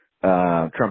Trump